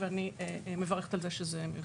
ואני מברכת על כך שזה מיושם.